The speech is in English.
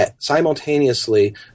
simultaneously